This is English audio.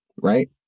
right